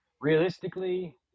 realistically